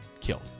killed